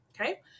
Okay